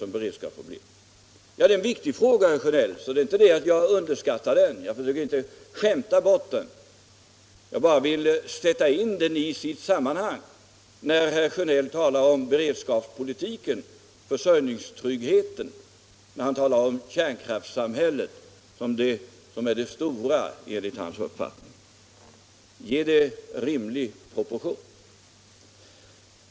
Ja, jag anser att det är viktig fråga, herr Sjönell, så jag underskattar den inte, och jag vill inte skämta bort den; jag vill bara sätta in den i sitt sammanhang när herr Sjönell talar om beredskapspolitiken, försörjningstryggheten och kärnkraftssamhället som det som enligt hans uppfattning är det stora. Ge det rimliga proportioner, herr Sjönell!